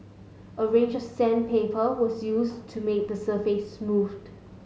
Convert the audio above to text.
a range of sandpaper was used to make the surface